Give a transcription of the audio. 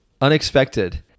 Unexpected